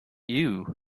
you